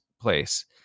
place